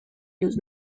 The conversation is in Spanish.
los